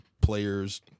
player's